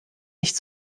nicht